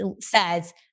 says